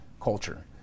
culture